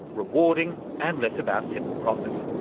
rewarding and less about simple profit?